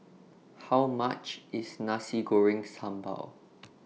How much IS Nasi Goreng Sambal